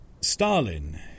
Stalin